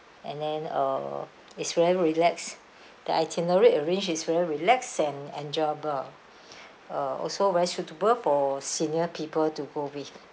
and then uh it's very relaxed the itinerary arranged is very relaxed and enjoyable uh also very suitable for senior people to go with